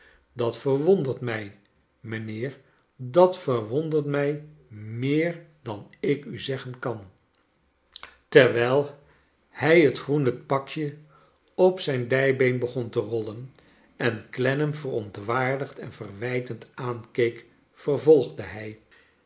dat verwondert mij mijnheer dat verwondert mij meer dan ik u zeggen kan i terwijl hij het groene pakje op zijn dijbeen begon te rollen en clennam verontwaardigd en verwijtend aankeek vervolgde hij